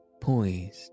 poised